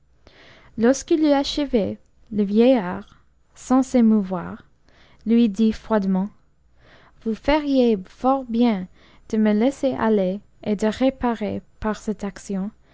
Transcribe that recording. lorsque eut achevé le vieillard sans s'émouvoir lui dit froidement vous feriez fort bien de me laisser aller et de réparer par cette action